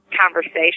conversation